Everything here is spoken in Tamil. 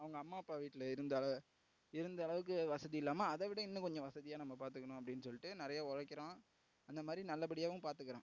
அவங்க அம்மா அப்பா வீட்டில் இருந்த அள இருந்த அளவுக்கு வசதி இல்லாம அதைவிட இன்னும் கொஞ்சம் வசதியாக நம்ம பார்த்துக்கணும் அப்படின்னு சொல்லிட்டு நிறைய உழைக்குறான் அந்த மாதிரி நல்லபடியாகவும் பார்த்துக்குறான்